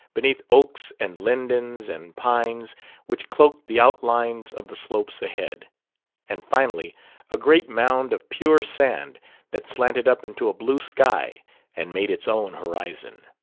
beneath oaks and lindens and pines which cloaked the outlines of the slopes ahead and finally a great mound of pure sand that slanted up into a blue sky and made its own horizon.